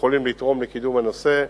שיכולים לתרום לקידום הנושא,